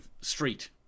street